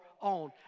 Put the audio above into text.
own